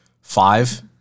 Five